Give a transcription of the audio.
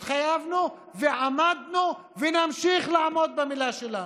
התחייבנו, ועמדנו ונמשיך לעמוד, במילה שלנו.